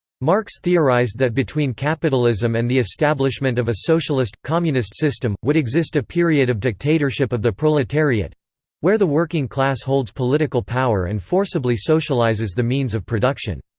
marx theorised that between capitalism and the establishment of a socialist communist system, would exist a period of dictatorship of the proletariat where the working class holds political power and forcibly socialises the means of production.